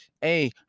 hey